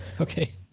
okay